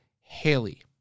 Haley